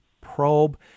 probe